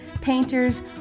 painters